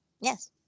Yes